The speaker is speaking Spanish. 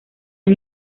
han